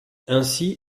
ainsi